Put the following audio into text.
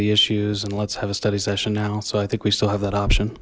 the issues and let's have a study session now so i think we still have that option